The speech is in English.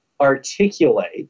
articulate